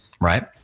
right